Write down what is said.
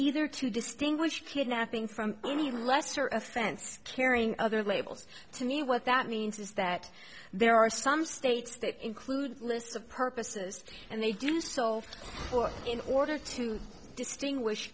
either to distinguish kidnapping from any lesser offense carrying other labels to me what that means is that there are some states that include lists of purposes and they do so in order to distinguish